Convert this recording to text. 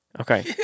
Okay